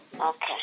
Okay